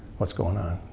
what's going on?